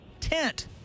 Tent